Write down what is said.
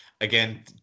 again